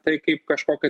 tai kaip kažkokį